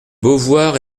beauvoir